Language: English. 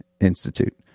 Institute